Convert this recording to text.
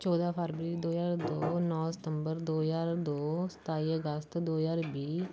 ਚੌਦਾਂ ਫਰਵਰੀ ਦੋ ਹਜ਼ਾਰ ਦੋ ਨੌ ਸਤੰਬਰ ਦੋ ਹਜ਼ਾਰ ਦੋ ਸਤਾਈ ਅਗਸਤ ਦੋ ਹਜ਼ਾਰ ਵੀਹ